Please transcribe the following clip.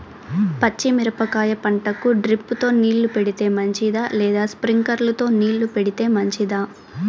పచ్చి మిరపకాయ పంటకు డ్రిప్ తో నీళ్లు పెడితే మంచిదా లేదా స్ప్రింక్లర్లు తో నీళ్లు పెడితే మంచిదా?